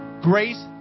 Grace